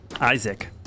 Isaac